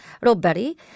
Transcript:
robbery